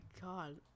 god